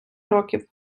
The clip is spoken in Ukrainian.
років